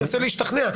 ננסה להשתכנע,